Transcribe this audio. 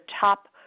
top